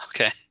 okay